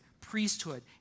priesthood